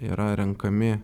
yra renkami